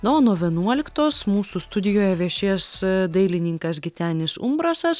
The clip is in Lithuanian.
na o nuo vienuoliktos mūsų studijoje viešės dailininkas gitenis umbrasas